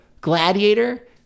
gladiator